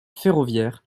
ferroviaire